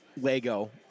lego